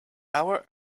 our